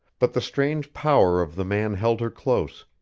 but the strange power of the man held her close,